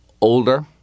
older